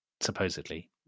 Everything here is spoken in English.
supposedly